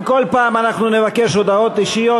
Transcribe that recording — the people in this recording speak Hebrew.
אם כל פעם אנחנו נבקש הודעות אישיות,